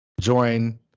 join